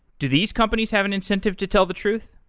do these companies have an incentive to tell the truth?